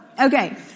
Okay